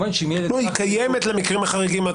לא, היא קיימת למקרים החריגים.